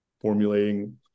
formulating